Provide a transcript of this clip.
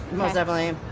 most definitely.